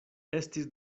estis